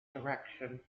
direction